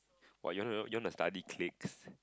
what you want you want to study cliques